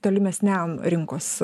tolimesniam rinkos